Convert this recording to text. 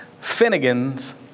Finnegan's